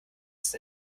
ist